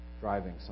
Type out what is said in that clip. driving